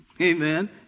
Amen